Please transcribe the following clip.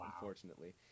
unfortunately